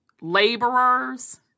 laborers